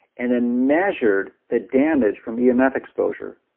and then measured the damage from the emf exposure,